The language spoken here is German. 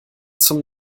zum